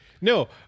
no